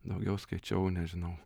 daugiau skaičiau nežinau